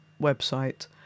website